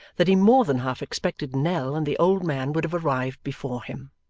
that he more than half expected nell and the old man would have arrived before him.